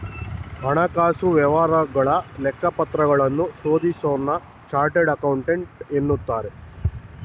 ಹಣಕಾಸು ವ್ಯವಹಾರಗಳ ಲೆಕ್ಕಪತ್ರಗಳನ್ನು ಶೋಧಿಸೋನ್ನ ಚಾರ್ಟೆಡ್ ಅಕೌಂಟೆಂಟ್ ಎನ್ನುತ್ತಾರೆ